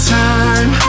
time